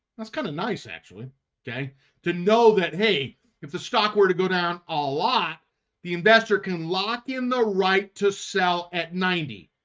that's kind of nice actually okay to know that hey if the stock were to go down a lot the investor can lock in the right to sell at ninety.